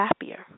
happier